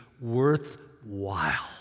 worthwhile